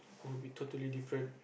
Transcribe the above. will be totally different